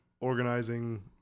organizing